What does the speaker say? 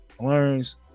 learns